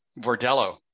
Vordello